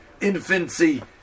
infancy